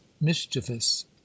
mischievous